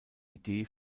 idee